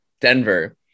Denver